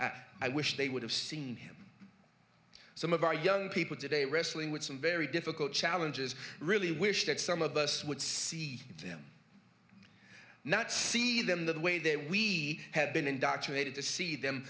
i wish they would have seen him some of our young people today wrestling with some very difficult challenges really wish that some of us would see him not see them that way that we have been indoctrinated to see them